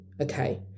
Okay